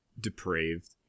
Depraved